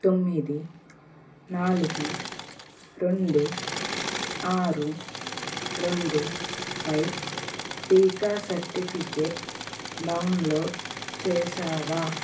తొమ్మిది నాలుగు రెండు ఆరు రెండు పై టీకా సర్టిఫికెట్ డౌన్లోడ్ చేసావా